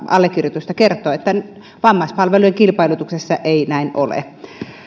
allekirjoitusta kertoo että vammaispalvelujen kilpailutuksessa ei näin ole